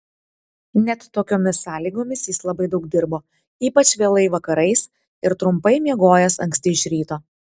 net tokiomis sąlygomis jis labai daug dirbo ypač vėlai vakarais ir trumpai miegojęs anksti iš ryto